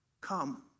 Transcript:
come